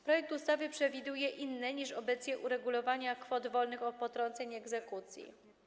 Projekt ustawy przewiduje inne niż obecnie uregulowanie kwestii kwot wolnych od potrąceń i egzekucji.